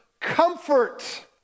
comfort